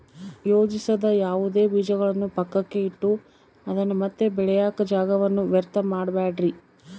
ಯೋಜಿಸದ ಯಾವುದೇ ಬೀಜಗಳನ್ನು ಪಕ್ಕಕ್ಕೆ ಇಟ್ಟು ಅದನ್ನ ಮತ್ತೆ ಬೆಳೆಯಾಕ ಜಾಗವನ್ನ ವ್ಯರ್ಥ ಮಾಡಬ್ಯಾಡ್ರಿ